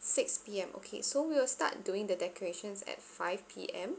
six P_M okay so we will start doing the decorations at five P_M